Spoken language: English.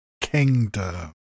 Kingdom